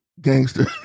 gangster